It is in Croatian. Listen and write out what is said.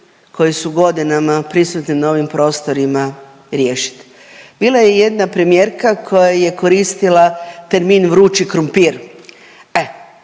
koje su godinama prisutni na ovim prostorima riješiti. Bila je jedna premijerka koja je koristila termin vrući krumpir,